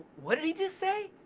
what did he just say?